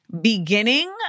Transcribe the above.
beginning